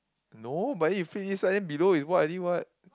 no but then you face this side then below is white already what